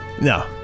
No